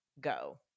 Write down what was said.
go